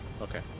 Okay